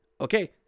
Okay